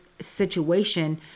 situation